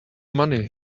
money